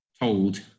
told